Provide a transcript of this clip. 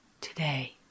today